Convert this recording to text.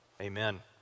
amen